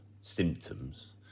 symptoms